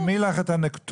תרשמי לך את הנתונים,